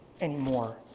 anymore